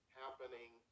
happening